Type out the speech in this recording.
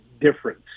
difference